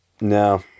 No